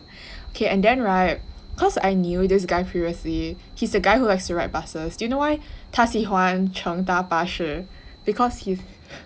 okay and then [right] cause I knew this guy previously he's a guy who likes to ride buses do know why 他喜欢乘搭巴士 because he's